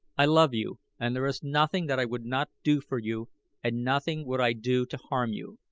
i love you and there is nothing that i would not do for you and nothing would i do to harm you.